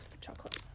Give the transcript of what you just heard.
chocolate